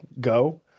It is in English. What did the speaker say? go